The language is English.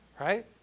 right